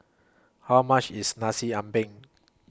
How much IS Nasi Ambeng